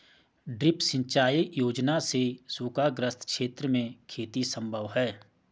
drip सिंचाई योजना से सूखाग्रस्त क्षेत्र में खेती सम्भव है